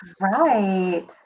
right